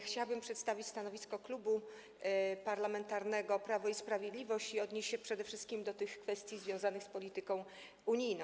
Chciałabym przedstawić stanowisko Klubu Parlamentarnego Prawo i Sprawiedliwość i odnieść się przede wszystkim do kwestii związanych z polityką unijną.